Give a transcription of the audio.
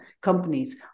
companies